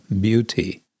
beauty